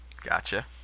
Gotcha